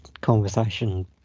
conversation